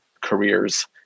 careers